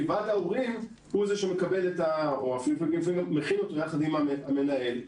כי ועד ההורים מקבל או אפילו לפעמים מכין אותו יחד עם המנהל.